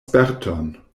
sperton